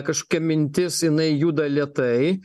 kažkokia mintis jinai juda lėtai